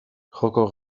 joko